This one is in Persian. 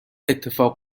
اتفاق